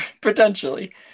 potentially